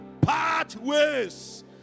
pathways